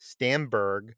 Stamberg